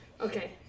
Okay